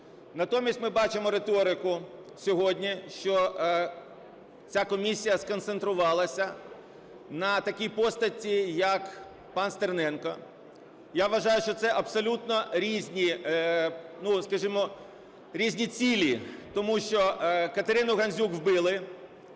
Натомість ми бачимо риторику сьогодні, що ця комісія сконцентрувалася на такій постаті, як пан Стерненко. Я вважаю, що це абсолютно різні, скажімо, різні цілі. Тому що Катерину Гандзюк вбили,